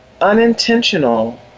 unintentional